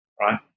right